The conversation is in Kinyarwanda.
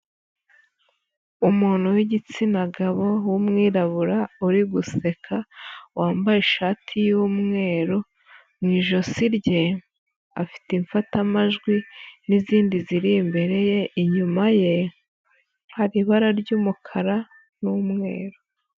Umuntu w'igitsina gabo w'umwirabura uri guseka, wambaye ishati y'umweru, mu ijosi rye afite imfatamajwi n'izindi ziri imbere ye, inyuma ye hari ibara ry'umukara n'umweru.